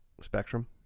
Spectrum